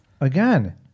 Again